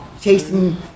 chasing